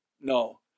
No